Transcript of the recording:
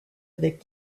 avec